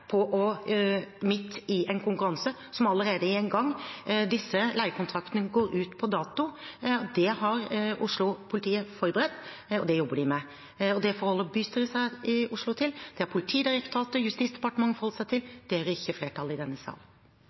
midt i en konkurranse som allerede er i gang. Disse leiekontraktene går ut på dato. Det har Oslo-politiet forberedt, og det jobber de med. Det forholder bystyret i Oslo seg til, det har Politidirektoratet og Justisdepartementet forholdt seg til, men det gjør ikke flertallet i denne